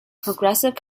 progressive